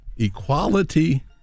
Equality